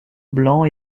blanc